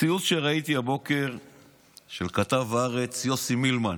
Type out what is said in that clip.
הציוץ שראיתי הבוקר הוא של כתב הארץ יוסי מלמן.